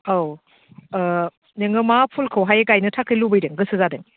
औ नोङो मा फुलखौहाय गायनो थाखाय लुबैदों गोसो जादों